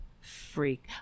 freak